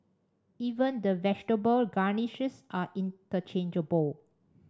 even the vegetable garnishes are interchangeable